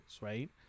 right